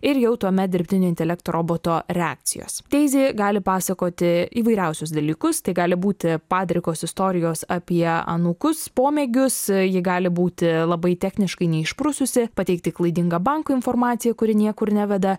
ir jau tuomet dirbtinio intelekto roboto reakcijos deizi gali pasakoti įvairiausius dalykus tai gali būti padrikos istorijos apie anūkus pomėgius ji gali būti labai techniškai neišprususi pateikti klaidingą banko informaciją kuri niekur neveda